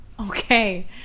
Okay